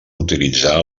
utilitzar